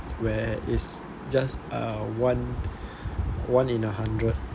where it's just uh one one in a hundred